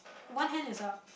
one hand is up